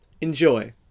Enjoy